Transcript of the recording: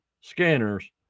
scanners